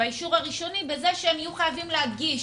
בזה שהם יהיו חייבים להגיש,